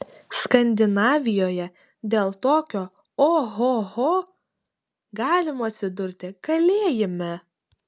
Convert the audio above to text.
skandinavijoje dėl tokio ohoho galima atsidurti kalėjime